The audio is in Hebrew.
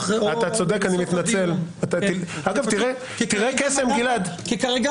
לעצמם ולא אצלו אותן או לא העבירו אותן בדרכים אחרות.